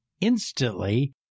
instantly